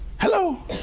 hello